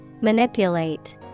Manipulate